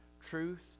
truth